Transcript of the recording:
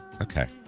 Okay